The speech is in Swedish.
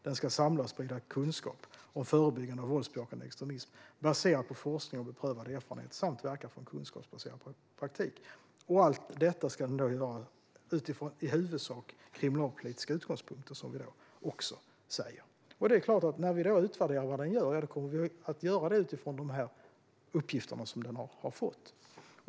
Det ska samla och sprida kunskap om förebyggande av våldsbejakande extremism, baserat på forskning och beprövad erfarenhet, samt verka för en kunskapsbaserad praktik. Allt detta ska centrumet göra utifrån i huvudsak kriminalpolitiska utgångspunkter, som vi också säger. När vi utvärderar vad centrumet gör kommer vi att göra det utifrån de uppgifter som det har fått.